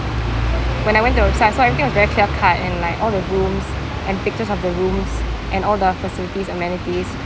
when I went to the website so everything was very clear cut and like all the rooms and pictures of the rooms and all the facilities amenities